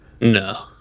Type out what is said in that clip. No